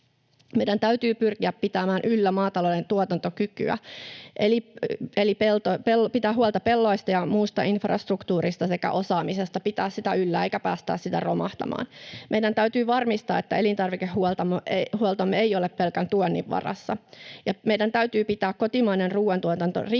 Meidän täytyy pyrkiä pitämään yllä maatalouden tuotantokykyä eli pitää huolta pelloista ja muusta infrastruktuurista sekä osaamisesta — pitää sitä yllä eikä päästää sitä romahtamaan. Meidän täytyy varmistaa, että elintarvikehuoltomme ei ole pelkän tuonnin varassa, ja meidän täytyy pitää kotimainen ruoantuotanto riittävän